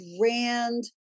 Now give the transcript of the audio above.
grand